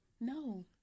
No